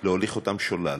להוליך אותם שולל.